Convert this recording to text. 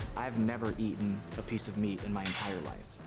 i've never eaten a piece of meat in my entire life,